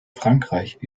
frankreich